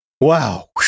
Wow